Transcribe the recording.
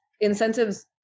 incentives